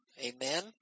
Amen